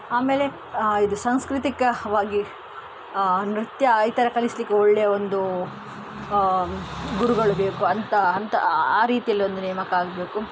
ಆಮೇಲೆ ಇದು ಸಾಂಸ್ಕೃತಿಕವಾಗಿ ನೃತ್ಯ ಈ ಥರ ಕಲಿಸ್ಲಿಕ್ಕೆ ಒಳ್ಳೆಯ ಒಂದು ಗುರುಗಳು ಬೇಕು ಅಂತ ಅಂತ ಆ ರೀತಿಯಲ್ಲಿ ಒಂದು ನೇಮಕ ಆಗಬೇಕು